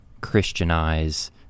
Christianize